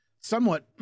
somewhat